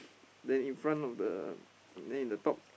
then in front of the then in the top